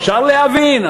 אפשר להבין,